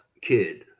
kid